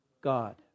God